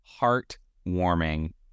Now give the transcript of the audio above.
Heartwarming